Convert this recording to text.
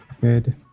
Good